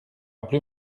plus